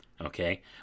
Okay